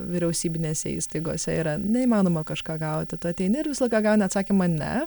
vyriausybinėse įstaigose yra neįmanoma kažką gauti tu ateini ir visą laiką gauni atsakymą ne